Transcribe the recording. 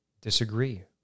Disagree